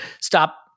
stop